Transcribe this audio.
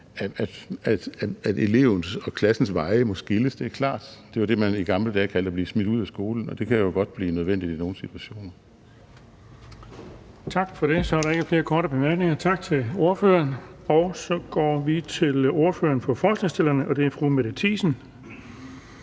at elevens og klassens veje må skilles – det er klart. Det var det, man i gamle dage kaldte at blive smidt ud af skolen, og det kan jo godt blive nødvendigt i nogle situationer. Kl. 16:03 Den fg. formand (Erling Bonnesen): Tak for det. Så er der ikke flere korte bemærkninger. Tak til ordføreren. Og så går vi til ordføreren for forslagsstillerne, og det er fru Mette Thiesen.